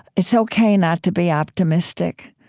it's ok not to be optimistic.